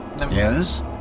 Yes